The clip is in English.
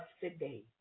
today